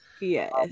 Yes